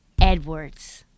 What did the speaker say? Edwards